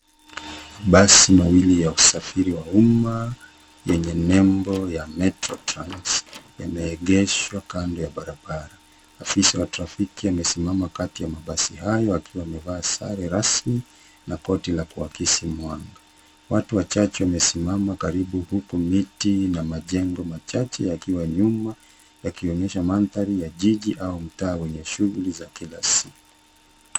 Mabasi mawili ya usafiri wa umma yenye nembo ya metro trans yameegeshwa kando ya barabara. Afisa wa trafiki amesimama kati ya mabasi hayo akiwa maevaa sare rasmi na koti la kuakisi mwanga. Watu wachache wamesimama karibu huku miti na majengo machache yakiwa nyuma, yakionyesha mandhari ya jiji au mtaa wenye shughuli za kila siku.